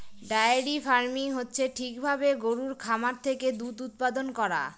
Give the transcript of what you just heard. diary farming হচ্ছে ঠিক ভাবে গরুর খামার থেকে দুধ উৎপাদান করা